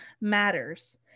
matters